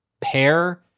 pair